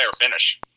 finish